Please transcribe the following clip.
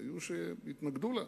היו שהתנגדו לה,